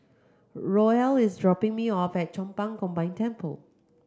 Roel is dropping me off at Chong Pang Combined Temple